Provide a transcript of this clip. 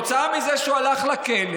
הלך לכלא, כתוצאה מזה שהוא הלך לכלא,